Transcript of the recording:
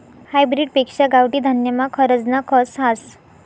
hybrid पेक्शा गावठी धान्यमा खरजना कस हास